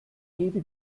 gebe